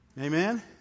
Amen